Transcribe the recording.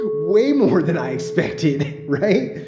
way more than i expected. right?